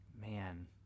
Man